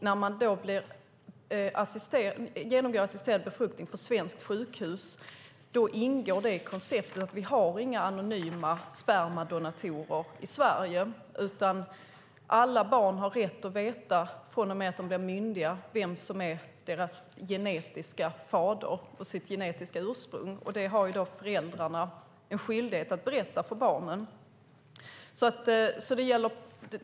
När man genomgår en assisterad befruktning på ett svenskt sjukhus ingår detta. Vi har inga anonyma donatorer i Sverige, utan alla barn har när de blir myndiga rätt att få veta vem den biologiska fadern är och sitt genetiska ursprung. Det har föräldrarna en skyldighet att berätta för barnen.